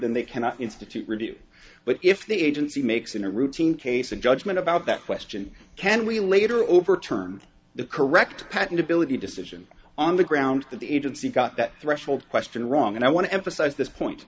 than they cannot institute review but if the agency makes in a routine case a judgment about that question can we later overturned the correct patentability decision on the grounds that the agency got that threshold question wrong and i want to emphasize this point